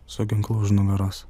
su ginklu už nugaros